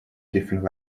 different